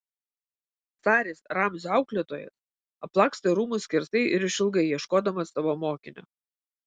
saris ramzio auklėtojas aplakstė rūmus skersai ir išilgai ieškodamas savo mokinio